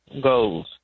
goals